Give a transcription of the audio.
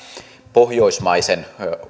pohjoismaisen